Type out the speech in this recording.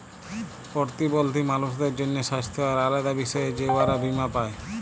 পরতিবল্ধী মালুসদের জ্যনহে স্বাস্থ্য আর আলেদা বিষয়ে যে উয়ারা বীমা পায়